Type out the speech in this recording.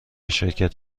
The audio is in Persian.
شرکت